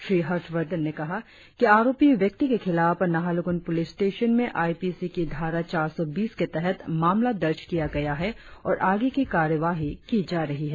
श्री हर्ष वर्धन ने कहा कि आरोपी व्यक्ति के खिलाफ नाहरलगुन पुलिस स्टेशन में आई पी सी की धारा चार सौ बीस के तहत मामला दर्ज किया गया है और आगे की कार्यवाही की जा रही है